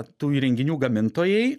tų įrenginių gamintojai